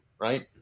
Right